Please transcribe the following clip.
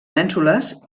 mènsules